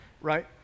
right